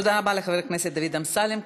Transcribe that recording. תודה רבה לחבר הכנסת דוד אמסלם.